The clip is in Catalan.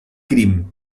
crim